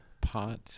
pot